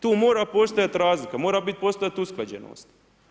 Tu mora postojati razlika, mora biti, postojati usklađenost.